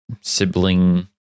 sibling